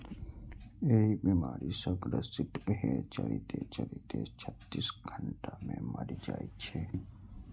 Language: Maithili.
एहि बीमारी सं ग्रसित भेड़ चरिते चरिते छत्तीस घंटा मे मरि जाइ छै